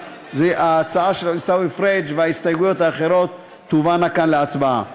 ההצעה של עיסאווי פריג' וההסתייגויות האחרות תובאנה כאן להצבעה.